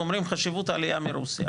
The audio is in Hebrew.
אומרים על חשיבות העלייה מרוסיה,